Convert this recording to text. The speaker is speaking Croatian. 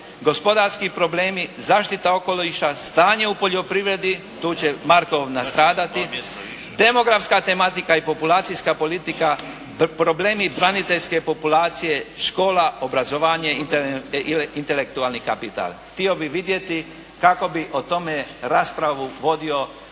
gospodarski problemi, zaštita okoliša, stanje u poljoprivredi, tu će Markov nastradati, demografska tematika i populacijska politika, problemi braniteljske populacije, škola, obrazovanje, intelektualni kapital. Htio bih vidjeti kako bi o tome raspravu vodio